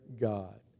God